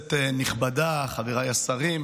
כנסת נכבדה, חבריי השרים,